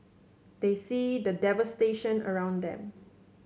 they see the devastation around them